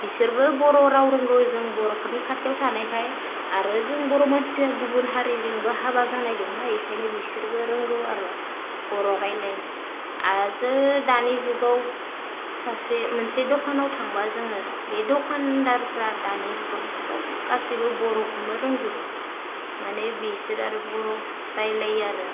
बिसोरबो बर' राव रोंगौ जों बर'फोरनि खाथियाव थानायखाय आरो जों बर' मानसिया गुबुन हारिजोंबो हाबा जानाय दंना इखायनो बिसोरबो रोंगौ आरो बर' रायलायनो आर जो दानि जुगाव सासे मोनसे दखानाव थांबा जोङो बे दखानदारफ्रा दानि जुगाव सब गासिबो बर'खौनो रोंजोबगौ मानि बिसोर आरो बर' रायलायो आरो